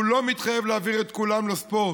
והוא לא מתחייב להעביר את כולם לספורט.